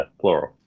plural